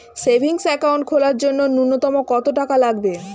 Savings account খোলার জন্য নূন্যতম কত টাকা লাগবে?